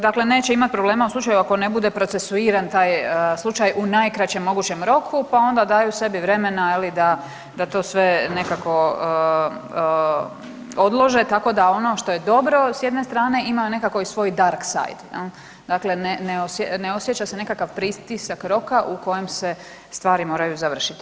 Dakle, neće imati problema u slučaju ako ne bude procesuiran taj slučaj u najkraćem mogućem roku, pa onda daju sebi vremena da to sve nekako odlože, tako da ono što je dobro sa jedne strane ima nekako i svoj dark side, dakle ne osjeća se nekakav pritisak roka u kojem se stvari moraju završiti.